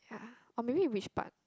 yeah or maybe which part